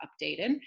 updated